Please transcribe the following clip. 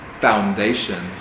foundation